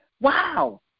wow